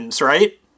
Right